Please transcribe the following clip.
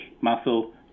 muscle